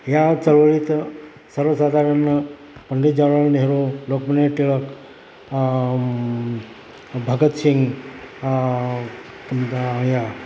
या चळवळीत सर्वसाधारण पंडित नेहरू लोकमान्य टिळक भगत सिंग द या